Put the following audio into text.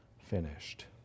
finished